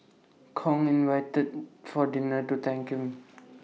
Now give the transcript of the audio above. Kong invited for dinner to thank him